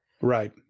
Right